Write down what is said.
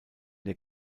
der